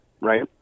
right